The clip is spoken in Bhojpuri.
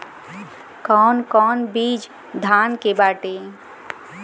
कौन कौन बिज धान के बाटे?